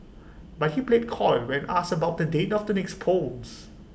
but he played coy when asked about the date of the next polls